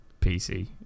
PC